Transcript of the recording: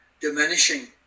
diminishing